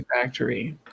Factory